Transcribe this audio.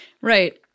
Right